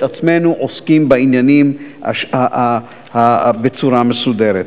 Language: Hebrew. עצמנו עוסקים בעניינים בצורה מסודרת.